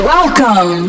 Welcome